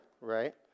right